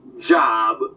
Job